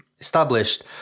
established